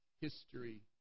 history